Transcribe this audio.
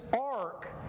ark